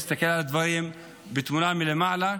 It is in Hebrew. להסתכל על הדברים בתמונה מלמעלה